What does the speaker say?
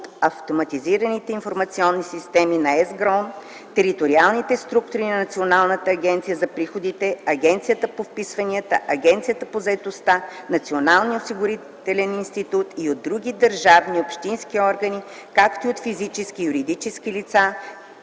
от автоматизираните информационни системи на ЕСГРАОН, териториалните структури на Националната агенция за приходите, Агенцията по вписванията, Агенцията по заетостта, Националния осигурителен институт и от други държавни и общински органи, както и от физически и юридически лица,